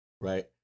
Right